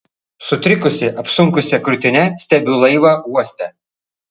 sutrikusi apsunkusia krūtine stebiu laivą uoste